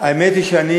האמת היא שאני